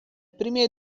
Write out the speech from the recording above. prime